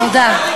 תודה.